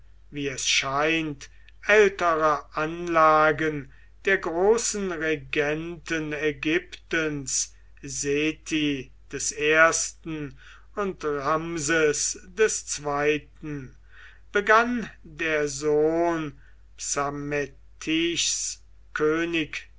wie es scheint älterer anlagen der großen regenten ägyptens sethi i und rhamses ii begann der sohn